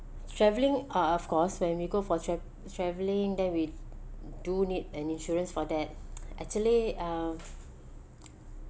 travelling uh of course when we go for tra~ traveling then we do need an insurance for that actually um